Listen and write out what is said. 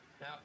Now